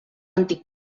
antic